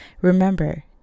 Remember